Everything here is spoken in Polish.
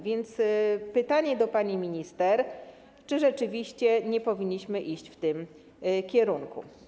Więc pytanie do pani minister, czy rzeczywiście nie powinniśmy iść w tym kierunku.